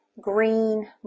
Green